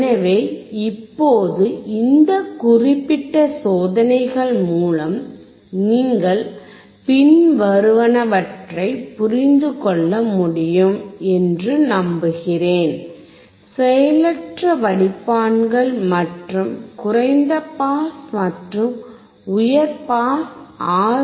எனவே இப்போது இந்த குறிப்பிட்ட சோதனைகள் மூலம் நீங்கள் பின்வருவனவற்றை புரிந்து கொள்ள முடியும் என்று நம்புகிறேன் செயலற்ற வடிப்பான்கள் மற்றும் குறைந்த பாஸ் மற்றும் உயர் பாஸ் ஆர்